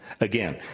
Again